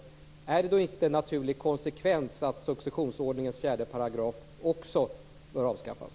Tycker då inte Pär-Axel Sahlberg att det är en naturlig konsekvens av detta att också successionsordningens § 4 avskaffas?